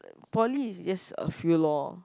poly is just a few loh